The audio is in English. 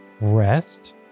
rest